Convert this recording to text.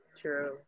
true